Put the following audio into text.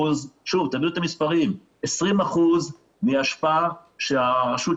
שום שקל משום משרד